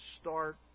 start